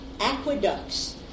aqueducts